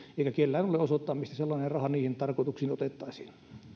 eikä kellään ole osoittaa mistä sellainen raha niihin tarkoituksiin otettaisiin